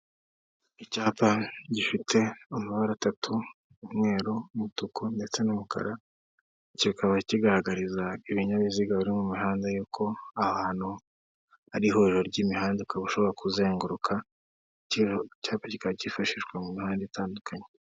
Icyapa gifite amabara atatu umweru, umutuku ndetse n'umukara kikaba kigaragariza ibinyabiziga biri mu mihanda y'uko ahantu ari ihuriro ry'imihanda ukaba ushobora kuzenguru kino cyapa kikaba cyifashishwa mu mihandade itandukanye.